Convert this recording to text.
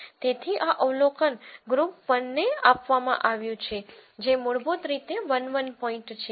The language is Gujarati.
તેથી આ અવલોકન ગ્રુપ 1 ને આપવામાં આવ્યું છે જે મૂળભૂત રીતે 1 1 પોઈન્ટ છે